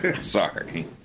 Sorry